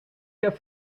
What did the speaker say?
heb